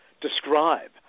describe